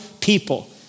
people